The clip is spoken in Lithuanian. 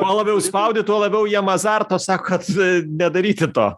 kuo labiau spaudi tuo labiau jiem azarto sakot nedaryti to